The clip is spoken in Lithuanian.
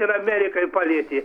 ir amerikai palietė